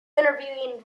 interviewing